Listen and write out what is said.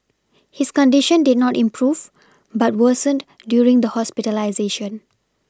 his condition did not improve but worsened during the hospitalisation